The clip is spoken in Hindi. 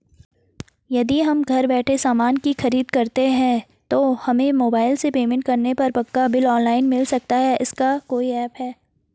यदि हम घर बैठे सामान की खरीद करते हैं तो हमें मोबाइल से पेमेंट करने पर पक्का बिल ऑनलाइन मिल सकता है इसका कोई ऐप है